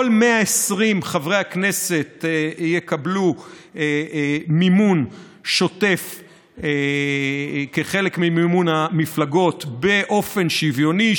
כל 120 חברי הכנסת יקבלו מימון שוטף כחלק ממימון המפלגות באופן שוויוני,